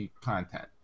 content